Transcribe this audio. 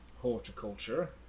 horticulture